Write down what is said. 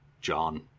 John